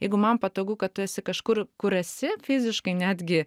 jeigu man patogu kad tu esi kažkur kur esi fiziškai netgi